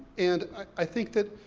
and i think that,